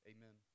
Amen